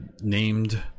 named